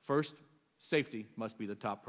first safety must be the top